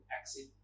exit